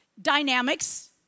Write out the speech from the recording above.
dynamics